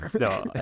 No